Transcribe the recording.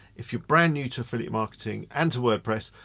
if you're brand new to affiliate marketing and to wordpress,